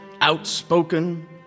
outspoken